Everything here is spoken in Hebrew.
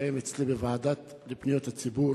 התקיים אצלי בוועדה לפניות הציבור